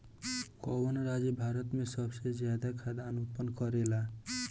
कवन राज्य भारत में सबसे ज्यादा खाद्यान उत्पन्न करेला?